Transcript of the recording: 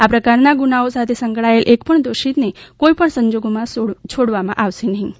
આ પ્રકારના ગુનાઓ સાથે સંકળાયેલા એકપણ દોષિતને કોઇપણ સંજોગોમાં છોડવામાં નહી આવે